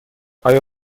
آیا